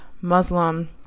muslim